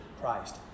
Christ